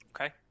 Okay